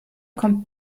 kommt